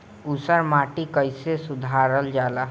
ऊसर माटी कईसे सुधार जाला?